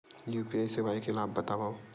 UPI सेवाएं के लाभ बतावव?